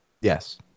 Yes